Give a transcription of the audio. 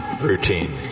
routine